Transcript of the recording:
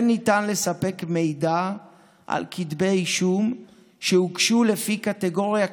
ניתן לספק מידע על כתבי אישום שהוגשו לפי קטגוריה כללית,